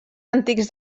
antics